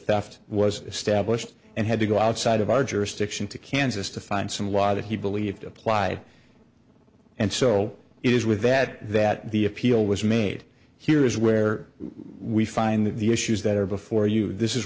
theft was established and had to go outside of our jurisdiction to kansas to find some law that he believed applied and so it is with that that the appeal was made here is where we find that the issues that are before you this is